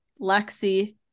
Lexi